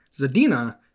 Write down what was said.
Zadina